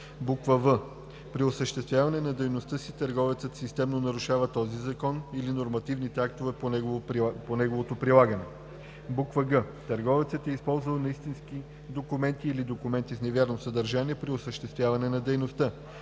2; в) при осъществяване на дейността си търговецът системно нарушава този закон или нормативните актове по неговото прилагане; г) търговецът е използвал неистински документи или документи с невярно съдържание при осъществяване на дейността;